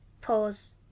Pause